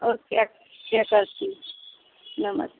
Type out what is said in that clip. okay अच्छा करती हूँ नमस्ते